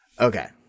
okay